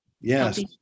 Yes